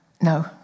no